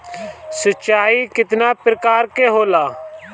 सिंचाई केतना प्रकार के होला?